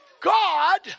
God